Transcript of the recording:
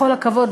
בכל הכבוד,